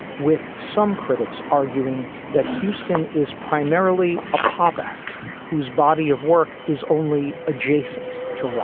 with some critics arguing that houston is primarily a pop act whose body of work is only adjacent to